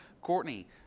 Courtney